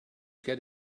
get